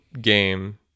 game